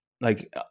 like-